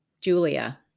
Julia